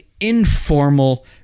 informal